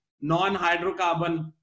non-hydrocarbon